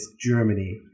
Germany